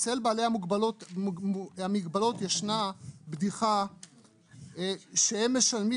אצל בעלי המוגבלות ישנה בדיחה שהם משלמים